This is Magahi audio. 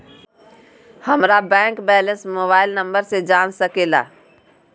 हमारा बैंक बैलेंस मोबाइल नंबर से जान सके ला?